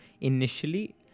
initially